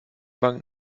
bank